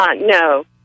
No